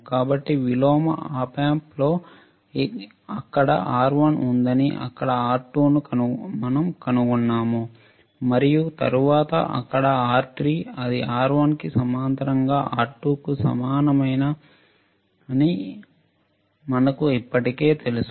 కాబట్టి విలోమ Op Omp లో అక్కడ R1 ఉందని అక్కడ R2 ను మనం కనుగొన్నాము మరియు తరువాత అక్కడ R3 అది R1 కి సమాంతరంగా R2 కు సమానమని మనకు ఇప్పటికే తెలుసు